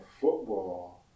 football